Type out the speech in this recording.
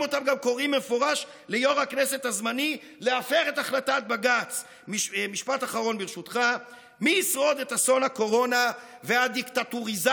היא הפריעה לי, אני מבקש שתיתן לי עוד קצת, אדוני.